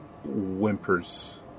Whimpers